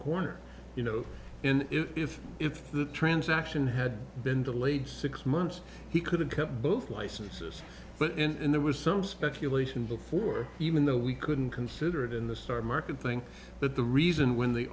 corner you know and if if the transaction had been delayed six months he could have kept both licenses but and there was some speculation before even though we couldn't consider it in the star market thing but the reason when the